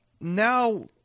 Now